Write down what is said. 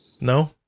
No